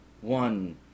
one